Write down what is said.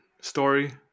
story